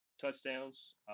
touchdowns